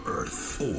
Earth